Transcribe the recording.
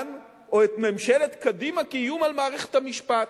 או את ממשלת קדימה כאיום על מערכת המשפט.